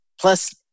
plus